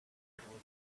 everyone